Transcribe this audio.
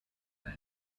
than